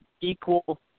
equal